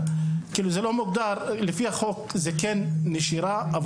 לפי החוק זה כן נשירה.